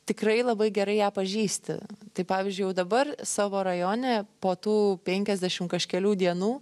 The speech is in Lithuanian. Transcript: tikrai labai gerai ją pažįsti tai pavyzdžiui jau dabar savo rajone po tų penkiasdešimt kažkelių dienų